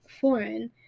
foreign